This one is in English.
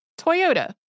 Toyota